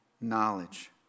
knowledge